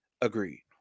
Agreed